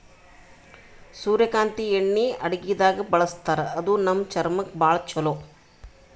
ಸೂರ್ಯಕಾಂತಿ ಎಣ್ಣಿ ಅಡಗಿದಾಗ್ ಬಳಸ್ತಾರ ಇದು ನಮ್ ಚರ್ಮಕ್ಕ್ ಭಾಳ್ ಛಲೋ